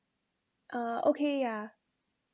uh okay yeah